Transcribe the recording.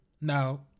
Now